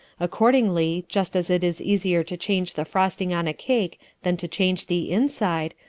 accordingly, just as it is easier to change the frosting on a cake than to change the inside,